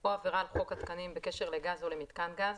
או עבירה על חוק התקנים בקשר לגז או למיתקן גז,